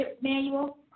manual